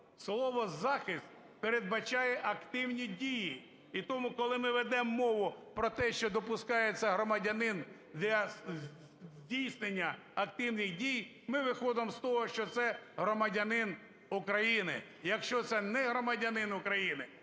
Слово "захист" передбачає активні дії і тому, коли ми ведемо мову про те, що допускається громадянин для здійснення активних дій, ми виходимо з того, що це громадянин України. Якщо це не громадянин України,